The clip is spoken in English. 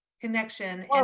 connection